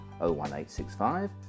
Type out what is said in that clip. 01865